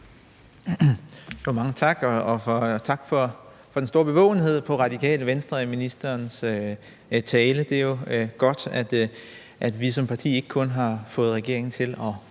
tak for den store bevågenhed på Radikale Venstre i ministerens tale. Det er jo godt, at vi som parti ikke kun har fået regeringen til at